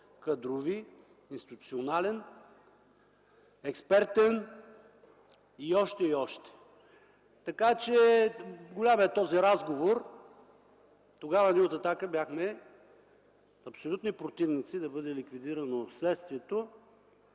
кадрови, институционален, експертен и още, и още. Така че този разговор е голям. Тогава ние от „Атака” бяхме абсолютни противници да бъде ликвидирано Следствието